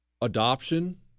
Adoption